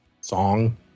song